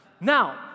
Now